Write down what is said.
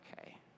okay